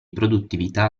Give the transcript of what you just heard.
produttività